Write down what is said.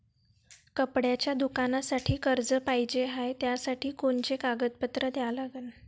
कपड्याच्या दुकानासाठी कर्ज पाहिजे हाय, त्यासाठी कोनचे कागदपत्र द्या लागन?